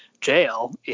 jail